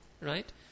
right